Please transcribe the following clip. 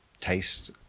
Taste